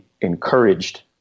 encouraged